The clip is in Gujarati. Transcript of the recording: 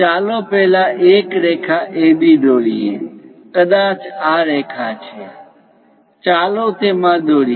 ચાલો પહેલા એક રેખા AB દોરીએ કદાચ આ રેખા છે ચાલો તેમાં દોરીએ